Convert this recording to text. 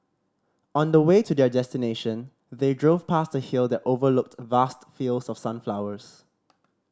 on the way to their destination they drove past a hill that overlooked vast fields of sunflowers